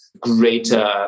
greater